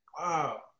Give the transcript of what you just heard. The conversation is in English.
Wow